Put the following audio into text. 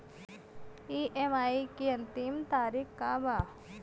EMI के अंतिम तारीख का बा?